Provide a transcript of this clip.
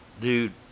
dude